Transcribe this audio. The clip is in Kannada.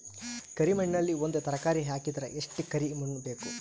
ಕರಿ ಮಣ್ಣಿನಲ್ಲಿ ಒಂದ ತರಕಾರಿ ಹಾಕಿದರ ಎಷ್ಟ ಕರಿ ಮಣ್ಣು ಬೇಕು?